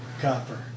copper